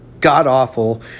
god-awful